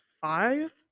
five